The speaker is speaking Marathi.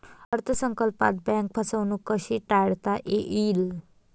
अर्थ संकल्पात बँक फसवणूक कशी टाळता येईल?